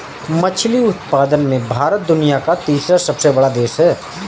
मछली उत्पादन में भारत दुनिया का तीसरा सबसे बड़ा देश है